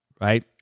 Right